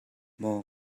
maw